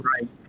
Right